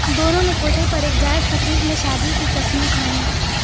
دونوں نے کوٹھے پر ایک جائز تقریب میں شادی کی قسمیں کھائیں